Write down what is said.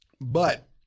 But-